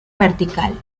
vertical